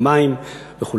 עם מים וכו',